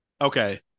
Okay